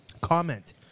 comment